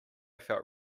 felt